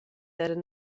eran